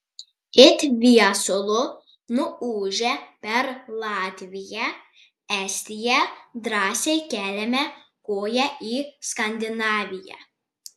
it viesulu nuūžę per latviją estiją drąsiai keliame koją į skandinaviją